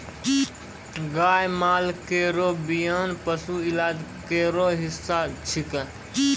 गाय माल केरो बियान पशु इलाज केरो हिस्सा छिकै